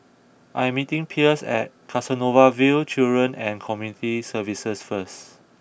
I am meeting Pierce at Canossaville Children and Community Services first